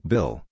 Bill